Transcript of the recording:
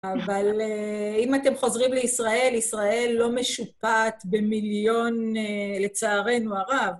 אבל אם אתם חוזרים לישראל, ישראל לא משופט במיליון, לצערנו, ערב.